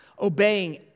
obeying